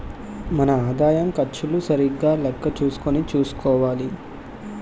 మన ఆదాయం ఖర్చులు సరిగా లెక్క చూసుకుని చూసుకోవాలి